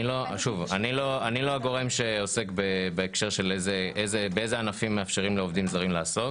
אני לא הגורם שעוסק בהקשר של איזה ענפים עובדים זרים יכולים לעבוד.